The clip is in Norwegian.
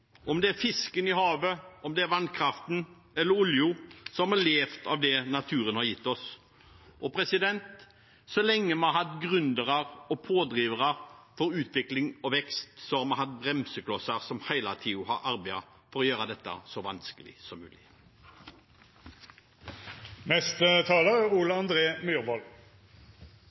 Om det er fisken i havet, om det er vannkraften eller oljen, så har vi levd av det naturen har gitt oss. Så lenge vi har hatt gründere og pådrivere for utvikling og vekst, har vi hatt «bremseklosser» som hele tiden har arbeidet for å gjøre dette så vanskelig som mulig. At verden står i en krise også med hensyn til tap av natur, er